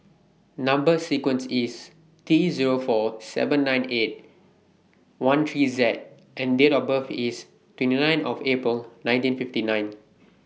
Number sequence IS T Zero four seven nine eight one three Z and Date of birth IS twenty nine April nineteen fifty nine